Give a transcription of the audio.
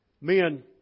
men